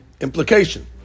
implication